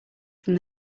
from